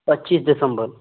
पच्चीस दिसम्बर